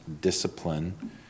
discipline